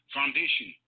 Foundation